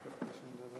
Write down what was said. גברתי היושבת-ראש,